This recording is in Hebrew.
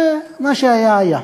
ומה שהיה היה.